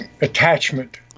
attachment